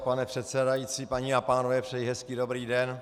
Pane předsedající, paní a pánové, přeji hezký dobrý den.